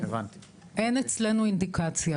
אין אצלנו אינדיקציה.